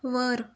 वर